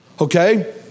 Okay